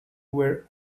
were